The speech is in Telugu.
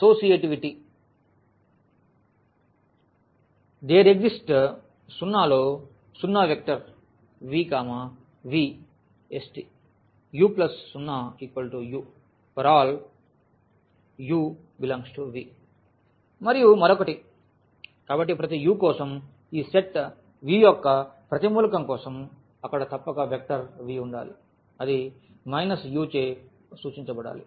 అసోసియేటివిటీ ∃ 0 లోసున్నా vector VV st u 0 u ∀ u∈V మరియు మరొకటి కాబట్టి ప్రతి u కోసం ఈ సెట్ V యొక్క ప్రతి మూలకం కోసం అక్కడ తప్పక వెక్టర్ V ఉండాలి అది u చే సూచించబడాలి